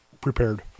prepared